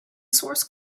source